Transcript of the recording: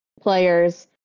players